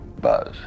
Buzz